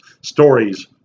stories